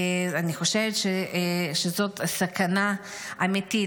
אני חושבת שזאת סכנה אמיתית.